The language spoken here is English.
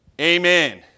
Amen